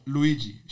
Luigi